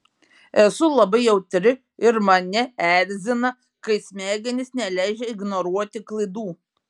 esu labai jautri ir mane erzina kai smegenys neleidžia ignoruoti klaidų